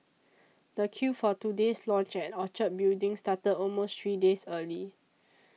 the queue for today's launch at Orchard Building started almost three days early